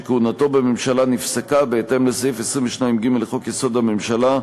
שכהונתו בממשלה נפסקה בהתאם לסעיף 22(ג) לחוק-יסוד: הממשלה,